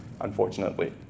unfortunately